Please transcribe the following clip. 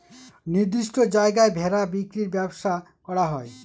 নির্দিষ্ট জায়গায় ভেড়া বিক্রির ব্যবসা করা হয়